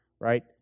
right